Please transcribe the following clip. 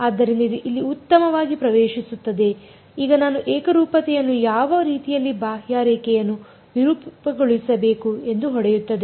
ಆದ್ದರಿಂದ ಇದು ಇಲ್ಲಿಗೆ ಉತ್ತಮವಾಗಿ ಪ್ರವೇಶಿಸುತ್ತದೆ ಈಗ ನಾನು ಏಕರೂಪತೆಯನ್ನು ಯಾವ ರೀತಿಯಲ್ಲಿ ಬಾಹ್ಯರೇಖೆಯನ್ನು ವಿರೂಪಗೊಳಿಸಬೇಕು ಎಂದು ಹೊಡೆಯುತ್ತದೆ